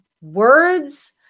words